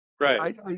right